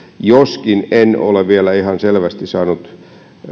joskin en ole vielä ihan selvästi saanut